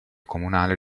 comunale